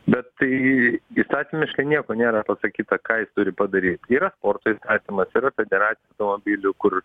bet tai įstatymiškai nieko nėra pasakyta ką jis turi padaryt yra sporto įstatymas yra federac automobilių kur